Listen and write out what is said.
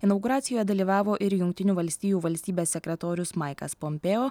inauguracijoje dalyvavo ir jungtinių valstijų valstybės sekretorius maikas pompeo